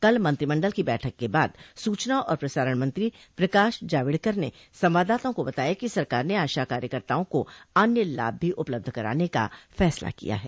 कल मंत्रिमंडल की बैठक के बाद सूचना और प्रसारण मंत्री प्रकाश जावड़ेकर ने संवाददाताओं को बताया कि सरकार ने आशा कार्यकर्ताओं को अन्य लाभ भी उपलब्ध कराने का फैसला किया है